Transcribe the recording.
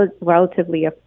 relatively